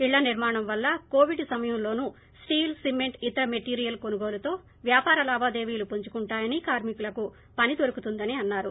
ఇళ్ల నిర్మాణం వల్ల కోవిడ్ సమయంలోనూ స్లీల్ సిమెంట్ ఇతర మెటీరియల్ కొనుగోలుతో వ్యాపార లావాదేవీలు పుంజుకుంటాయని కార్మికులకు పని దొరుకుతుందని అన్నారు